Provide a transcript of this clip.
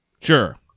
Sure